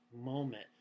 moment